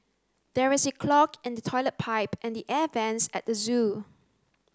there is a clog in the toilet pipe and the air vents at the zoo